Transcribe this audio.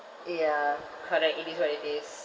ah ya correct it is what it is